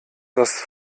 das